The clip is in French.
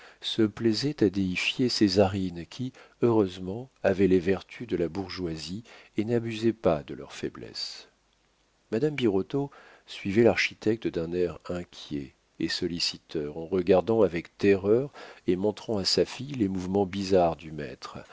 se plaisaient à déifier césarine qui heureusement avait les vertus de la bourgeoisie et n'abusait pas de leur faiblesse madame birotteau suivait l'architecte d'un air inquiet et solliciteur en regardant avec terreur et montrant à sa fille les mouvements bizarres du mètre